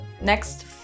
next